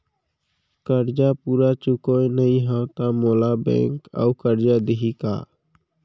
करजा पूरा चुकोय नई हव त मोला बैंक अऊ करजा दिही का?